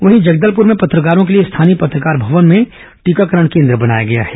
वहीं जगदलपुर में पत्रकारों के लिए स्थानीय पत्रकार भवन में टीकाकरण केंद्र बनाया गया है